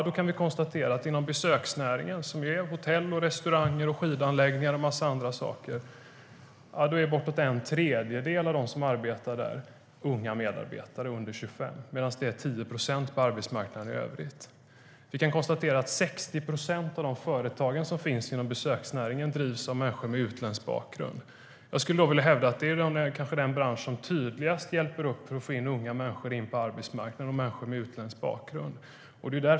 Då kan man konstatera att inom besöksnäringen, som ju är hotell, restauranger, skidanläggningar och en massa andra saker, är bortåt en tredjedel av dem som arbetar unga under 25, medan det är 10 procent på arbetsmarknaden i övrigt. Vi kan konstatera att 60 procent av de företag som finns inom besöksnäringen drivs av människor med utländsk bakgrund. Jag skulle vilja hävda att det är den bransch som tydligast hjälper till att få in unga människor och människor med utländsk bakgrund på arbetsmarknaden.